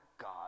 God